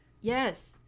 Yes